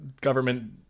government